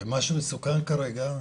ומה שמסוכן כרגע,